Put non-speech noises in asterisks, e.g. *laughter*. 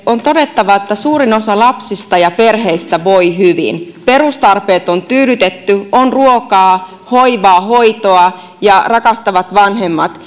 on todettava että suurin osa lapsista ja perheistä voi hyvin perustarpeet on tyydytetty on ruokaa hoivaa hoitoa ja rakastavat vanhemmat *unintelligible*